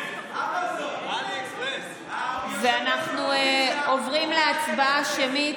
אנחנו עוברים להצבעה שמית.